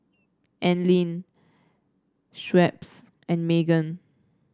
Anlene Schweppes and Megan